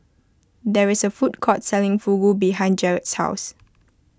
there is a food court selling Fugu behind Jarrod's house